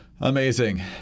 amazing